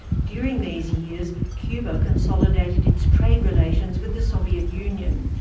during these years, cuba consolidated its trade relations with the soviet union,